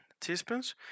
teaspoons